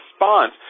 response